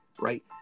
right